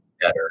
better